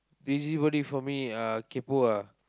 busybody for me uh kaypoh ah